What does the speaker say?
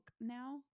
now